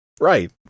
right